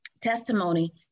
testimony